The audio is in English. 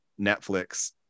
Netflix